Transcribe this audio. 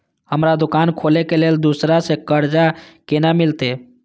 हमरा दुकान खोले के लेल दूसरा से कर्जा केना मिलते?